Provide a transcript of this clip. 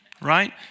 right